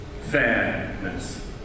fairness